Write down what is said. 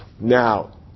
Now